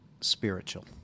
spiritual